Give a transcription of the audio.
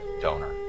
donor